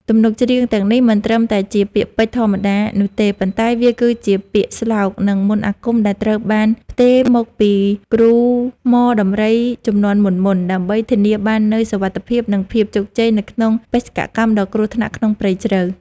ទំនុកច្រៀងទាំងនេះមិនត្រឹមតែជាពាក្យពេចន៍ធម្មតានោះទេ ប៉ុន្តែវាគឺជាពាក្យស្លោក និងមន្តអាគមដែលត្រូវបានផ្ទេរមកពីគ្រូហ្មដំរីជំនាន់មុនៗ ដើម្បីធានាបាននូវសុវត្ថិភាព និងភាពជោគជ័យនៅក្នុងបេសកកម្មដ៏គ្រោះថ្នាក់ក្នុងព្រៃជ្រៅ។